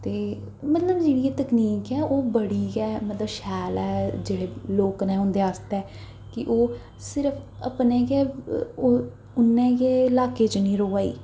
ते मतलब जेह्ड़ी एह् तकनीक ऐ ओह् बड़ी गै मतलब शैल ऐ जेह्ड़े लोक न उं'दे आस्तै कि ओह् सिर्फ अपने गै ओह् उन्ने गै लाकै च निं र'वा दी